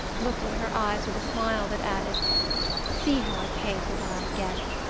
looked into her eyes with a smile that added see how i pay for what i get!